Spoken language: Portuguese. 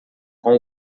com